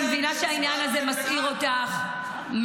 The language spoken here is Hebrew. אני מבינה שהעניין הזה מסעיר אותך,